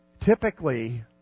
typically